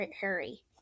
Harry